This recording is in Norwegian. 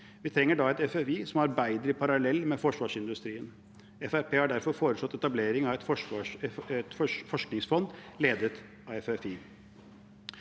Vi trenger da et FFI som arbeider i parallell med forsvarsindustrien. Fremskrittspartiet har derfor foreslått etablering av et forskningsfond ledet av FFI.